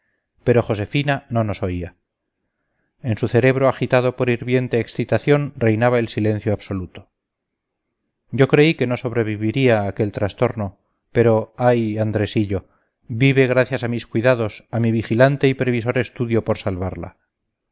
pero josefina no nos oía en su cerebro agitado por hirviente excitación reinaba el silencio absoluto yo creí que no sobreviviría a aquel trastorno pero ay andresillo vive gracias a mis cuidados a mi vigilante y previsor estudio por salvarla